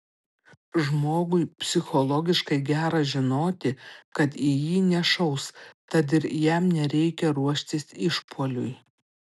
žmogui psichologiškai gera žinoti kad į jį nešaus tad ir jam nereikia ruoštis išpuoliui